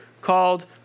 called